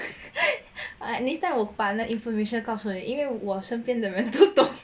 next time will partner information 告诉你因为我身边都懂